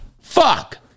Fuck